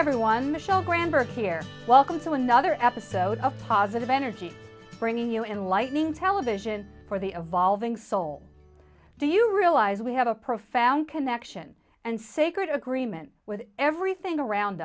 everyone michel gramberg here welcome to another episode of positive energy bringing you in lighting television for the evolving soul do you realize we have a profound connection and sacred agreement with everything around